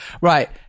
Right